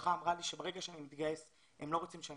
המשפחה אמרה לי שברגע שאני מתגייס הם לא רוצים שאני